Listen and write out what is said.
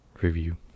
review